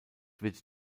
wird